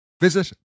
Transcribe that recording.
Visit